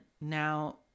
now